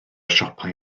siopau